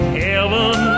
heaven